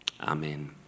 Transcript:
Amen